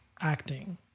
acting